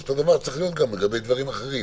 אותו דבר צריך להיות גם לגבי דברים אחרים.